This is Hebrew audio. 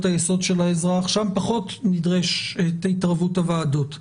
היסוד של האזרח שם פחות נדרשת התערבות הוועדות.